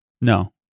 no